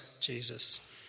Jesus